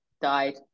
Died